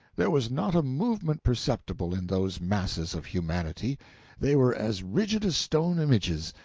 there was not a movement perceptible in those masses of humanity they were as rigid as stone images,